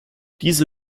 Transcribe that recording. diese